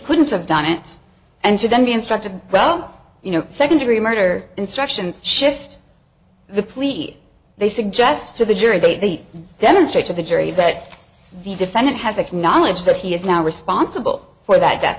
couldn't have done it and then be instructed well you know second degree murder instructions shift the plea they suggest to the jury they demonstrate to the jury but the defendant has acknowledged that he is now responsible for that